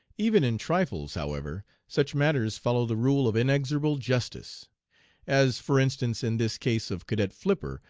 even in trifles, however, such matters follow the rule of inexorable justice as, for instance, in this case of cadet flipper,